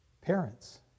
Parents